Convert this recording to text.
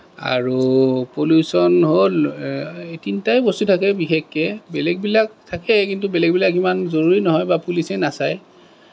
আৰু পলিউচন হ'ল এই তিনিটাই বস্তু থাকে বিশেষকৈ বেলেগবিলাক থাকে কিন্তু বেলেগবিলাক ইমান জৰুৰী নহয় বা পুলিচে নাচায়